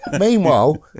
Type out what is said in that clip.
Meanwhile